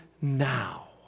now